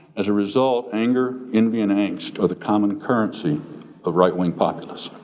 as a result anger, envy and angst or the common currency of right-wing populist.